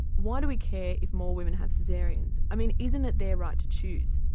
why do we care if more women have so caesareans, i mean isn't it their right to choose.